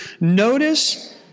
Notice